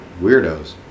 Weirdos